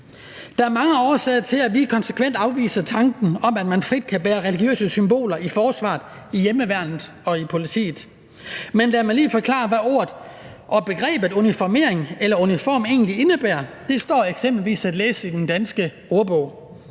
Der er mange årsager til, at vi konsekvent afviser tanken om, at man frit kan bære religiøse symboler i forsvaret, i hjemmeværnet og i politiet, men lad mig lige forklare, hvad ordet og begrebet uniformering eller uniform egentlig indebærer. Det står eksempelvis at læse i den danske ordbog,